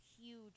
huge